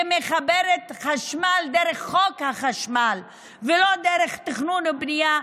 שמחברת חשמל דרך חוק החשמל ולא דרך תכנון ובנייה,